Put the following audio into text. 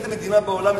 באיזו מדינה בעולם,